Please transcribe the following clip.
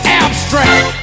abstract